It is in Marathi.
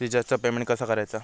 रिचार्जचा पेमेंट कसा करायचा?